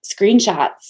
screenshots